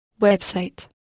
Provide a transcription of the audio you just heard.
website